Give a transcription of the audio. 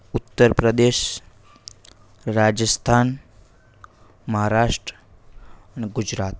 ઉત્તર પ્રદેશ રાજસ્થાન મહારાષ્ટ્ર અને ગુજરાત